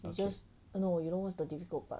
okay